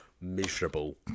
miserable